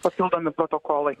papildomi protokolai